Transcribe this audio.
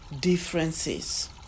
differences